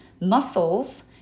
muscles